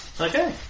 Okay